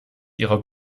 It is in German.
ihrer